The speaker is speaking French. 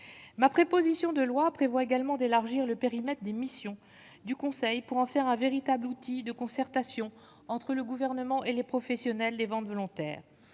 ma préposition de loi prévoit également d'élargir le périmètre des missions du Conseil pour en faire un véritable outil de concertation entre le gouvernement et les professionnels des ventes volontaires.